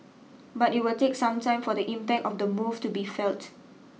but it will take some time for the impact of the move to be felt